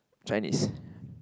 Chinese